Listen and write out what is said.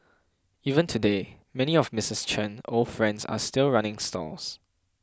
even today many of Misses Chen old friends are still running stalls